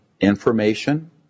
information